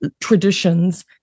traditions